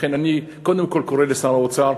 לכן אני קודם כול קורא לשר האוצר,